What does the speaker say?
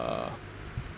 uh